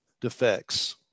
defects